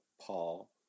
Paul